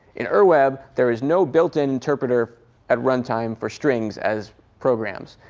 in ur web, there is no built-in interpreter at runtime for strings as programs.